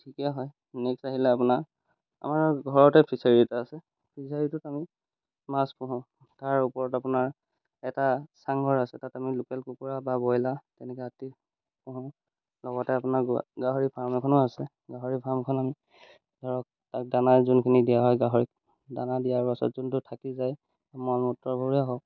ঠিকে হয় নেক্সট আহিলে আপোনাৰ আমাৰ ঘৰতে ফিছাৰী এটা আছে ফিছাৰীটোত আমি মাছ পোহোঁ তাৰ ওপৰত আপোনাৰ এটা চাংঘৰ আছে তাত আমি লোকেল কুকুৰা বা ব্ৰইলাৰ তেনেকৈ আদি পোহোঁ লগতে আপোনাৰ গাহৰি ফাৰ্ম এখনো আছে গাহৰি ফাৰ্মখন আমি ধৰক তাক দানা যোনখিনি দিয়া হয় গাহৰি দানা দিয়াৰ পাছত যোনটো থাকি যায় মল মূত্ৰবোৰে হওক